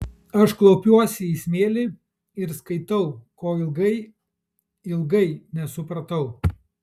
aš klaupiuosi į smėlį ir skaitau ko ilgai ilgai nesupratau